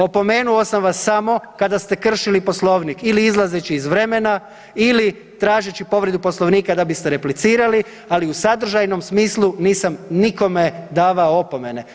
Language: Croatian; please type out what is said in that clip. Opomenuo sam vas samo kada ste kršili Poslovnik ili izlazeći iz vremena ili tražeći povredu Poslovnika da biste replicirali, ali u sadržajnom smislu nisam nikome davao opomene.